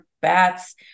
Bats